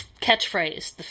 catchphrase